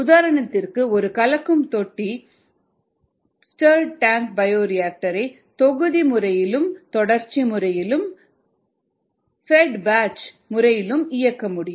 உதாரணத்திற்கு ஒரு கலக்கும் தொட்டிபயோரியாக்டர் யை தொகுதி முறையிலும் தொடர்ச்சியான முறையிலும் பெட் பேட்ச் முறையிலும் இயக்க முடியும்